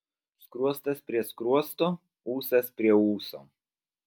skruostas prie skruosto ūsas prie ūso